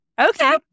Okay